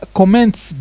comments